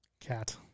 Cat